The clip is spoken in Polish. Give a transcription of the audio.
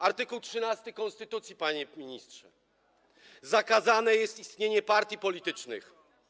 Art. 13 konstytucji, panie ministrze: Zakazane jest istnienie partii politycznych.